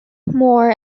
more